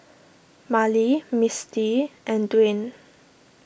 Marlie Misti and Dwayne